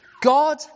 God